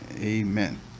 amen